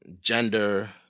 gender